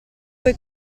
coi